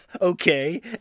Okay